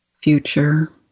future